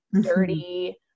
dirty